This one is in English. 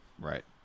Right